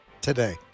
today